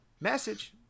message